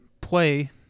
play